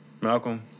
Malcolm